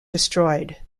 destroyed